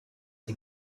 sie